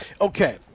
Okay